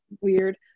weird